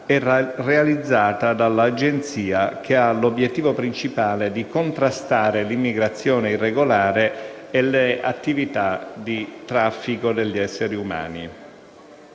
e realizzata da tale agenzia, che ha l'obiettivo principale di contrastare l'immigrazione irregolare e le attività di traffico degli esseri umani.